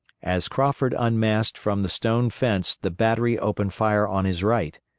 as crawford unmasked from the stone fence the battery opened fire on his right.